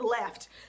left